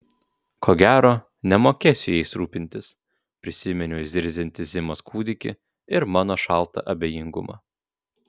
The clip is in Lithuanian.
ko gero nemokėsiu jais rūpintis prisiminiau zirziantį zimos kūdikį ir mano šaltą abejingumą